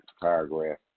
paragraph